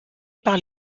par